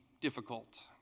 difficult